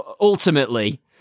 ultimately